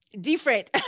different